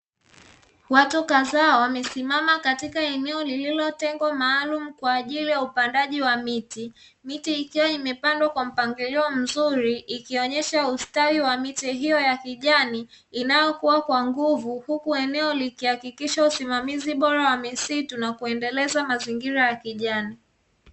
Watu kadhaa wamesimama katika eneo lililotengwa maalumu kwa ajili ya upandaji wa miti, miti ikiwa imepandwa kwa mpangilio mzuri, ikionyesha ustawi wa miche hiyo ya kijani inayokuwa kwa nguvu huku eneo likihakikisha usimamizi bora wa misitu na kuendeleza mazingira ya kijani.